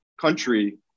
country